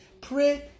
Pray